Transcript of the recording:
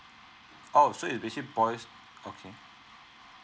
oh so its basically boils okay